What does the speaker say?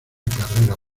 carrera